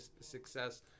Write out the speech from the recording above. success